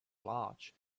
large